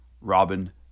robin